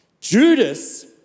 Judas